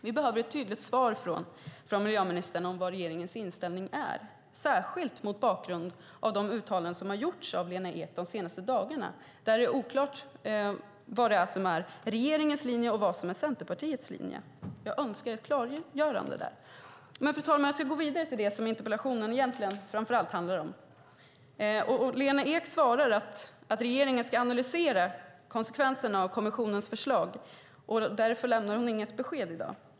Vi behöver ett tydligt svar från miljöministern när det gäller regeringens inställning, särskilt mot bakgrund av de uttalanden som har gjorts av Lena Ek de senaste dagarna, där det är oklart vad som är regeringens linje och vad som är Centerpartiets linje. Jag önskar ett klargörande där. Fru talman! Jag ska gå vidare till det som interpellationen framför allt handlar om. Lena Ek svarar att regeringen ska analysera konsekvenserna av kommissionens förslag. Därför lämnar hon inget besked i dag.